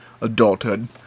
adulthood